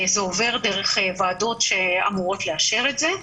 זה עובר דרך ועדות שאמורות לאשר את זה.